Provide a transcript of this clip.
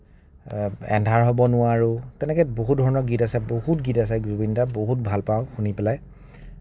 এন্ধাৰ হ'ব নোৱাৰোঁ তেনেকে বহুত ধৰণৰ গীত আছে বহুত গীত আছে জুবিনদাৰ বহুত ভাল পাওঁ শুনি পেলাই